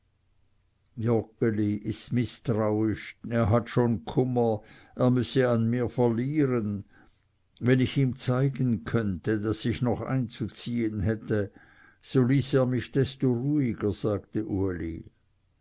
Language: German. joggeli ist mißtrauisch er hat schon kummer er müsse an mir verlieren wenn ich ihm zeigen könnte daß ich noch einzuziehen hätte so ließ er mich desto ruhiger sagte uli